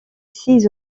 six